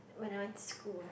whenever to school